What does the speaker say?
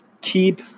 Keep